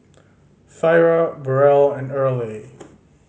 Thyra Burrel and Earley